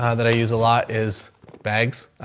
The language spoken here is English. um that i use a lot is bags. um,